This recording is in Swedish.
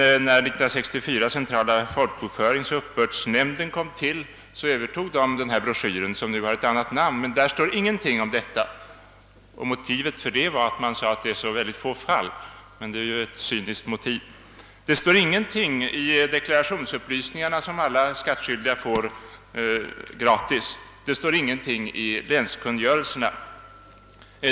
När centrala folkbokföringsoch uppbördsnämnden kom till 1964 övertog nämnden den broschyren som nu har ett annat namn. Men där står ingenting om detta. Och motivet för att upplysningen togs bort var att man sade att det förekom så få fall — men det är ju ett cyniskt motiv. Det står heller ingenting i deklarationsupplysningarna, som alla skattskyldiga får gratis, och det står ingenting i länskungörelserna.